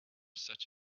such